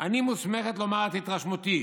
אני מוסמכת לומר את התרשמותי.